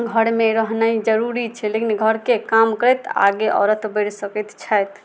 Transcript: घरमे रहनाइ जरूरी छै लेकिन घरके काम करैत आगे औरत बइढ़ सकैत छैथ